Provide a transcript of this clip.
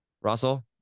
Russell